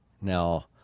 Now